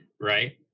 Right